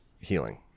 healing